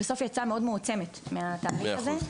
בסוף היא יצאה מאוד מועצמת מהתהליך הזה.